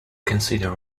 consider